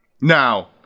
now